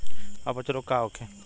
अपच रोग का होखे?